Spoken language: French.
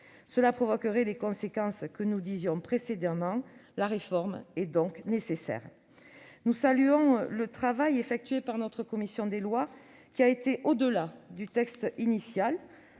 Cela provoquerait les conséquences que nous disions précédemment. Une réforme est donc nécessaire. Nous saluons également le travail effectué par notre commission des lois, qui est allée au-delà du texte initial